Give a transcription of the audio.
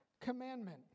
commandment